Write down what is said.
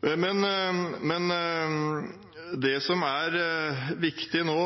Men det som er viktig nå,